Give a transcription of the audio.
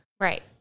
Right